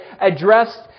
addressed